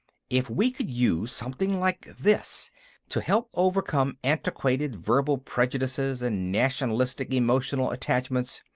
if we could use something like this to help overcome antiquated verbal prejudices and nationalistic emotional attachments.